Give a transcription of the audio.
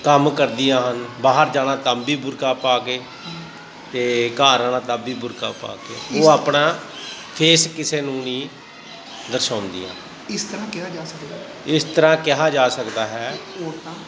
ਕੰਮ ਕਰਦੀਆਂ ਹਨ ਬਾਹਰ ਜਾਣਾ ਤਾਂ ਵੀ ਬੁਰਕਾ ਪਾ ਕੇ ਅਤੇ ਘਰ ਆਉਣਾ ਤਾਂ ਵੀ ਬੁਰਕਾ ਪਾ ਕੇ ਉਹ ਆਪਣਾ ਫੇਸ ਕਿਸੇ ਨੂੰ ਨਹੀਂ ਦਰਸਾਉਂਦੀਆਂ ਇਸ ਤਰ੍ਹਾਂ ਕਿਹਾ ਜਾ ਸਕਦਾ ਹੈ